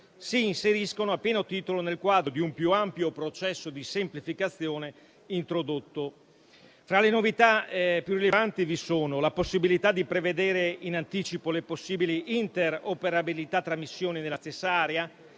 si inseriscono a pieno titolo nel quadro di un più ampio processo di semplificazione introdotto. Tra le novità più rilevanti vi sono: la possibilità di prevedere in anticipo le possibili interoperabilità tra missioni nella stessa area,